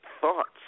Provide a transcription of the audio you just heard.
thoughts